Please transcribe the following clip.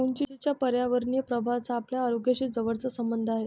उंचीच्या पर्यावरणीय प्रभावाचा आपल्या आरोग्याशी जवळचा संबंध आहे